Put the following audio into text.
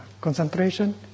concentration